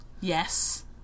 Yes